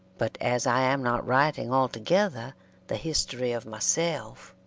but as i am not writing altogether the history of myself,